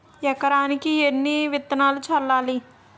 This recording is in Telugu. ఎకరానికి ఎన్ని విత్తనాలు చల్లాలి?